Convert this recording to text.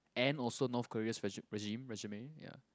and also North Korea's regi~ regime regime ya